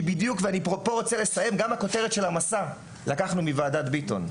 אני רוצה לסיים פה: גם את הכותרת של המסע לקחנו מוועדת ביטון.